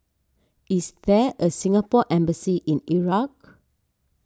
is there a Singapore Embassy in Iraq